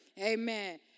amen